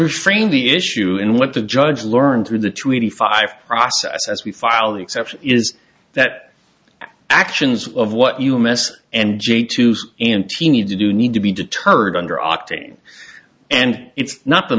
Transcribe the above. refrain the issue and what the judge learned through the two eighty five process as we file an exception is that actions of what you mess and j to say and t need to do need to be deterred under octane and it's not the